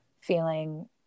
feeling